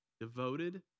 devoted